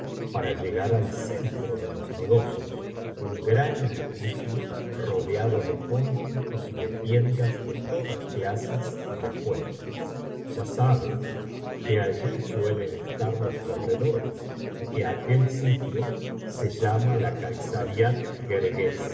para llegar al centro biblioteca valenciana generalitat valenciana historia del jorobado de los negocios un gran edificio rodeado de pórticos y de tiendas de todas clases y de fuentes ya sabes que allí suelen estar los corredores y que aquel sitio se llama la kaisariat guergués